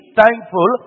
thankful